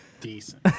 Decent